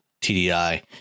TDI